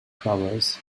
flowers